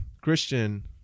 christian